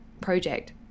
project